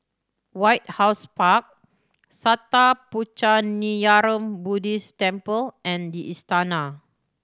White House Park Sattha Puchaniyaram Buddhist Temple and The Istana